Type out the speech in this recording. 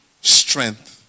strength